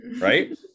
right